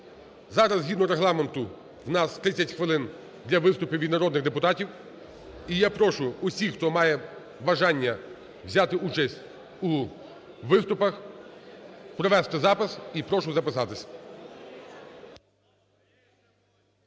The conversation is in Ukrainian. Зараз згідно Регламенту у нас 30 хвилин для виступів від народних депутатів. І я прошу усіх, хто має бажання, взяти участь у виступах, провести запис. І прошу записатись.